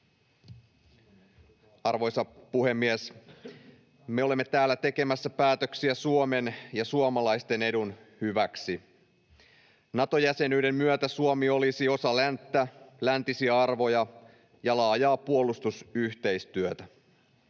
Arvoisa puhemies! Me olemme täällä tekemässä päätöksiä Suomen ja suomalaisten edun hyväksi. Nato-jäsenyyden myötä Suomi olisi osa länttä, läntisiä arvoja ja laajaa puolustusyhteistyötä.